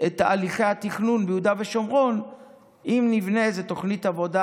את תהליכי התכנון ביהודה ושומרון אם נבנה איזו תוכנית עבודה